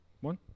one